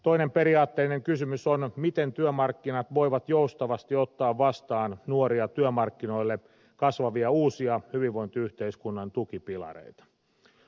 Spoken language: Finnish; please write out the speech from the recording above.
toinen periaatteellinen kysymys on miten työmarkkinat voivat joustavasti ottaa vastaan nuoria työmarkkinoille kasvavia uusia hyvinvointiyhteiskunnan tukipilareita